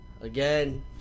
Again